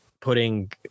putting